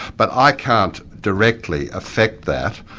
but i can't directly affect that,